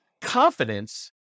confidence